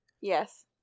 Yes